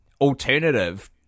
alternative